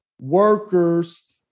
workers